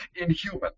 inhuman